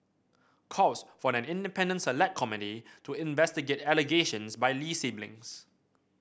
calls for an independent Select Committee to investigate allegations by Lee siblings